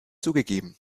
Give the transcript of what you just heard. zugegeben